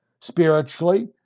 spiritually